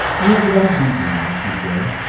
you have about beaten me, she said.